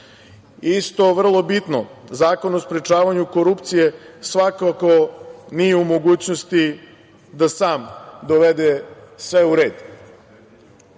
vrlo bitno, Zakon o sprečavanju korupcije svakako nije u mogućnosti da sam dovede sve u red.